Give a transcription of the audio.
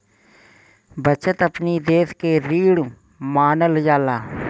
बचत अपनी देस के रीढ़ मानल जाला